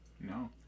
No